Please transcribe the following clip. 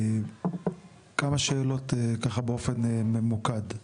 כמה שאלות באופן ממוקד,